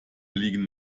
liegen